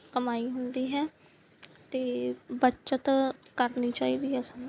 ਕਮਾਈ ਹੁੰਦੀ ਹੈ ਅਤੇ ਬੱਚਤ ਕਰਨੀ ਚਾਹੀਦੀ ਹੈ ਸਾਨੂੰ